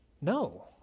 No